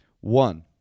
one